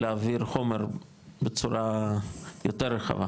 להעביר חומר בצורה יותר רחבה.